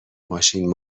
ماشین